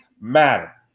matter